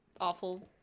awful